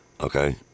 Okay